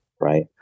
right